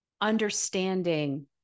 understanding